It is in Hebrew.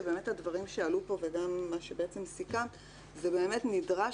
באמת הדברים שעלו פה וגם מה שסיכמת זה נדרש